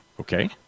Okay